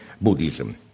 Buddhism